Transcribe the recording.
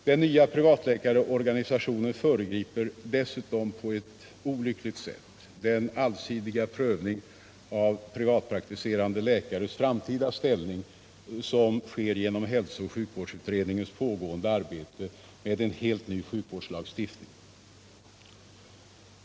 Den nya privatläkarorganisationen föregriper dessutom på ett olyckligt sätt den allsidiga prövning av privatpraktiserande läkares framtida ställning som sker genom hälsooch sjukvårdsutredningens pågående arbete med en helt ny sjukvårdslagstiftning.